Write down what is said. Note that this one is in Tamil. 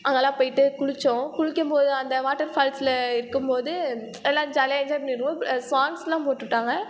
அங்கெல்லாம் போயிட்டு குளித்தோம் குளிக்கும் போது அந்த வாட்டர் ஃபால்சில் இருக்கும் போது எல்லாம் ஜாலியாக என்ஜாய் பண்ணிக்கிட்டு இருந்தோம் சாங்ஸ்லாம் போட்டுட்டாங்க